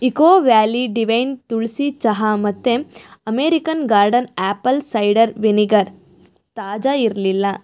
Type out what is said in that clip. eco Valley divine tulsi ಚಹಾ ಮತ್ತು American Garden apple cider vinegar ತಾಜಾ ಇರಲಿಲ್ಲ